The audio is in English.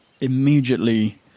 immediately